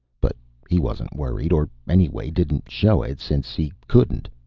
but he wasn't worried, or anyway didn't show it, since he couldn't.